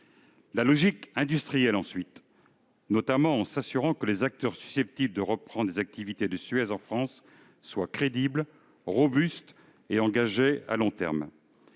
La logique industrielle, ensuite, notamment en s'assurant que les acteurs susceptibles de reprendre les activités de Suez en France sont crédibles, robustes et engagés à long terme.